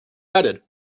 added